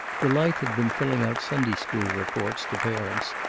delight had been filling out sunday-school reports to parents,